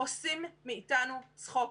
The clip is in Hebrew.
עושים מאיתנו צחוק.